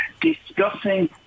discussing